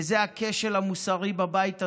וזה הכשל המוסרי בבית הזה,